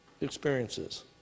experiences